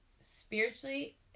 spiritually